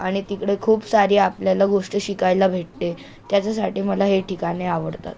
आणि तिकडं खूप सारी आपल्याला गोष्ट शिकायला भेटते त्याच्यासाठी मला हे ठिकाणे आवडतात